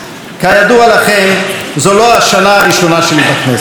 כידוע לכם, זו לא השנה הראשונה שלי בכנסת.